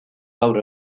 gaur